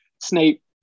Snape